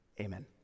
amen